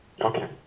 Okay